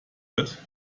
wird